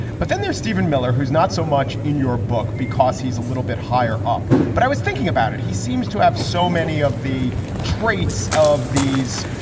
but then there's steven miller, who's not so much in your book because he's a little bit higher up. but i was thinking about it. he seems to have so many of the traits of these,